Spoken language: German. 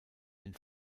den